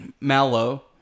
Mallow